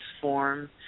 form